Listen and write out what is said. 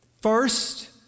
first